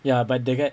ya but the guy